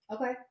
Okay